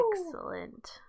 excellent